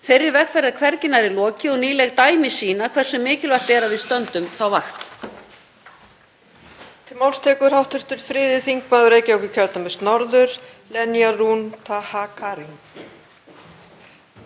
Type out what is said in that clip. Þeirri vegferð er hvergi nærri lokið og nýleg dæmi sýna hversu mikilvægt er að við stöndum þá vakt.